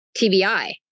TBI